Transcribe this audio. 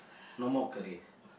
no more career